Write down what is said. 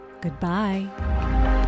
Goodbye